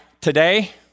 today